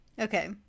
Okay